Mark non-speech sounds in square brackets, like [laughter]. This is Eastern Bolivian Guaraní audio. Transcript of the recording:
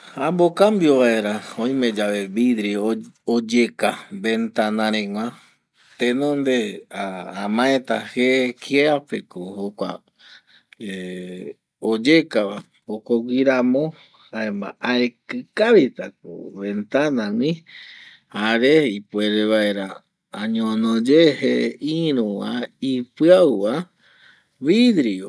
Amokambio vaera, oime yave vidrio oyeka ventana regua tenonde amaeta je kiape ko jokua [hesitation] oyeka va, jokogui ramo jaema aekɨ kavita ko ventana gui jare ipuere vaera añono ye je iruva ipɨau va vidrio